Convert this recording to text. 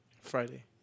friday